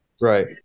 Right